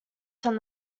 from